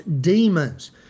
demons